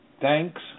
thanks